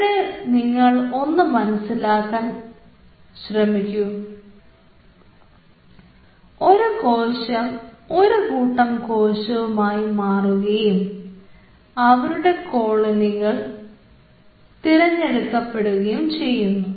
ഇവിടെ നിങ്ങൾ ഒന്നും മനസ്സിൽ കാണാൻ ശ്രമിക്കൂ ഒരു കോശം ഒരുകൂട്ടം കോശമായി മാറുകയും അവരുടെ കോളനികൾ തിരഞ്ഞെടുക്കുകയും ചെയ്യുന്നു